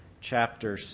chapter